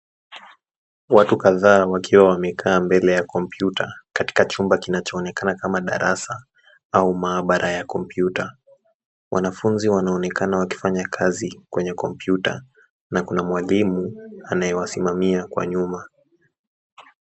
Watu kadhaa wakiwa wameketi mbele ya kompyuta katika chumba kinacho onekana kama darasa au mahabara ya Kompyuta. Wanafunzi wanaonekana wakifanya kazi kwenye komputa na kuna mwalimu anye wasimamia kwa nyuma.